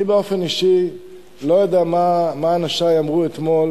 אני באופן אישי לא יודע מה אנשי אמרו אתמול